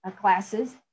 classes